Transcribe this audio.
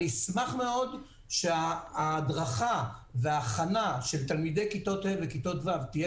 אני אשמח מאוד שההדרכה וההכנה של תלמידי כיתות ה' וכיתות ו' תהיה